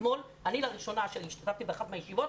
כשאני לראשונה השתתפתי באחת הישיבות,